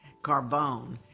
Carbone